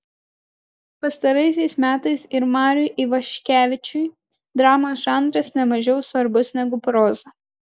pastaraisiais metais ir mariui ivaškevičiui dramos žanras ne mažiau svarbus negu proza